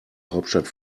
hauptstadt